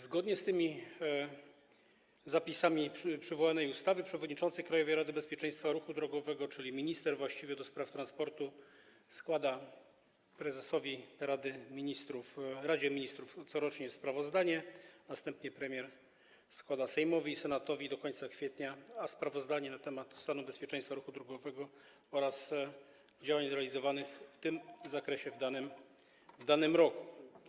Zgodnie z zapisami przywołanej ustawy przewodniczący Krajowej Rady Bezpieczeństwa Ruchu Drogowego, czyli minister właściwy do spraw transportu, składa Radzie Ministrów corocznie sprawozdanie, następnie premier składa Sejmowi i Senatowi do końca kwietnia sprawozdanie na temat stanu bezpieczeństwa ruchu drogowego oraz działań realizowanych w tym zakresie w danym roku.